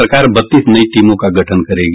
सरकार बत्तीस नई टीमों का गठन करेगी